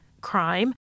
crime